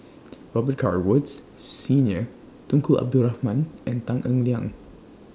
Robet Carr Woods Senior Tunku Abdul Rahman and Tan Eng Liang